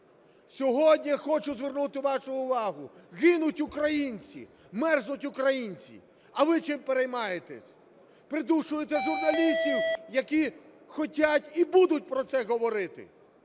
Сьогодні хочу звернути вашу увагу: гинуть українці, мерзнуть українці – а ви чим переймаєтесь? Придушуєте журналістів, які хочуть і будуть про це говорити.